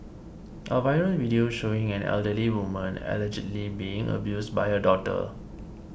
a viral video showing an elderly woman allegedly being abused by her daughter